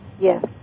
Yes